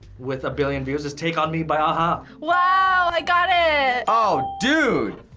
with a billion views, is take on me by ah a-ha! wow, i got ah it! oh, dude!